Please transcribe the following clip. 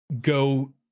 go